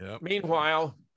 Meanwhile